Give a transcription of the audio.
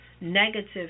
negative